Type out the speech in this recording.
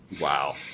Wow